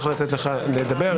לתת לך לדבר.